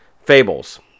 Fables